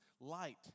light